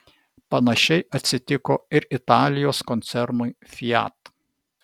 panašiai atsitiko ir italijos koncernui fiat